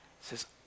says